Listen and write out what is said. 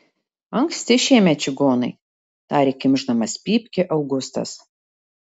anksti šiemet čigonai tarė kimšdamas pypkę augustas